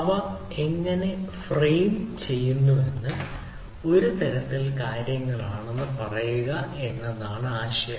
അവ എങ്ങനെ ഫ്രെയിം ചെയ്യുന്നുവെന്നത് ഒരു തരത്തിൽ കാര്യങ്ങൾ ആണെന്ന് പറയുക എന്നതാണ് ആശയം